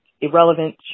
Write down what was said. Irrelevant